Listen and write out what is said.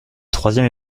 troisième